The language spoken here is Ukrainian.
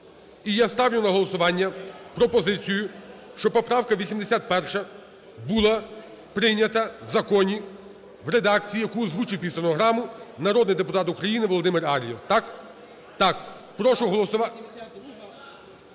І я ставлю на голосування пропозицію, щоб поправка 81 була прийнята в законі в редакції, яку озвучив під стенограму народний депутат України Володимир Ар'єв. Так? Так. Прошу… А 82-а